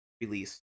release